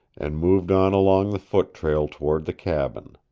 and moved on along the foot-trail toward the cabin.